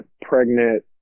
pregnant